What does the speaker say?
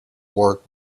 work